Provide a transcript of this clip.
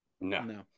No